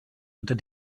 unter